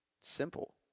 Simple